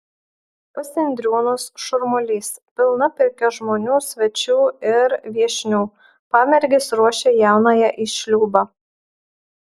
pas indriūnus šurmulys pilna pirkia žmonių svečių ir viešnių pamergės ruošia jaunąją į šliūbą